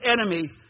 enemy